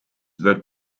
work